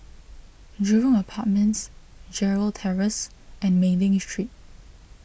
Jurong Apartments Gerald Terrace and Mei Ling Street